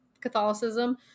catholicism